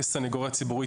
כסנגוריה ציבורית,